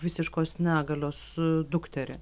visiškos negalios dukterį